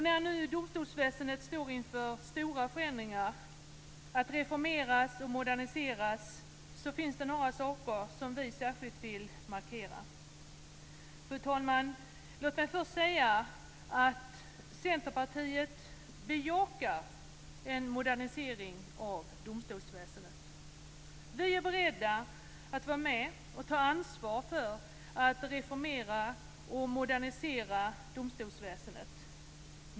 När nu domstolsväsendet står inför stora förändringar - det ska reformeras och moderniseras - finns det några saker som vi särskilt vill markera. Fru talman! Låt mig först säga att Centerpartiet bejakar en modernisering av domstolsväsendet. Vi är beredda att vara med och ta ansvar för att reformera och modernisera domstolsväsendet.